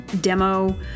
demo